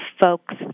folks